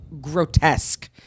grotesque